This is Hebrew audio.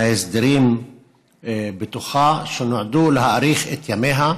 בהסדרים שנועדו להאריך את ימיה.